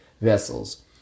vessels